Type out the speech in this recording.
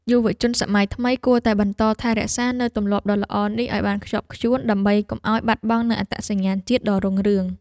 យុវជនសម័យថ្មីគួរតែបន្តថែរក្សានូវទម្លាប់ដ៏ល្អនេះឱ្យបានខ្ជាប់ខ្ជួនដើម្បីកុំឱ្យបាត់បង់នូវអត្តសញ្ញាណជាតិដ៏រុងរឿង។